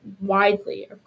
widely